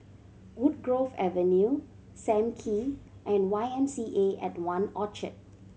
Woodgrove Avenue Sam Kee and Y M C A at One Orchard